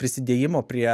prisidėjimo prie